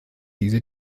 diese